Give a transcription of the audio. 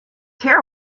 care